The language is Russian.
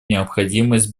необходимость